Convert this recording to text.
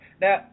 Now